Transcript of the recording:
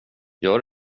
gör